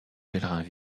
pèlerins